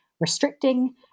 restricting